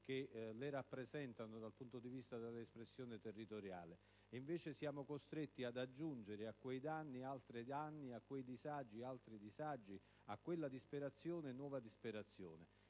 che le rappresentano dal punto di vista dell'espressione territoriale. Invece siamo costretti ad aggiungere a quei danni altri danni, a quei disagi altri disagi, a quella disperazione nuova disperazione.